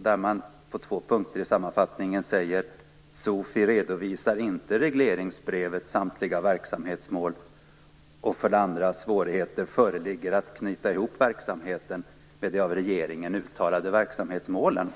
där man på två punkter i sammanfattningen säger att SOFI inte redovisar regleringsbrevets samtliga verksamhetsmål och att svårigheter föreligger att knyta ihop verksamheten med de av regeringen uttalade verksamhetsmålen.